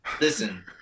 Listen